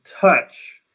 touch